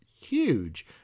huge